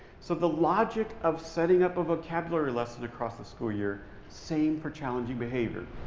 so the logic of setting up a vocabulary lesson across the school year same for challenging behavior.